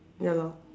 ya lor